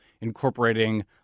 incorporating